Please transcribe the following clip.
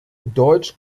deutsch